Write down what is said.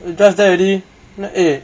we just there already not eh